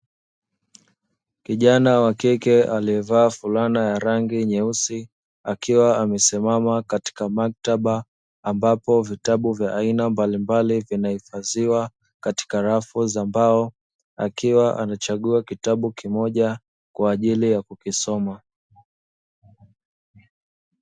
Kijana wa kike aliyevaa fulana ya rangi nyeusi, akiwa amesimama katika maktaba, ambapo vitabu vya aina mbalimbali vimehifadhiwa katika rafu za mbao, akiwa anachagua kitabu kimoja kwa ajili ya kukisoma.